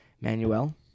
Manuel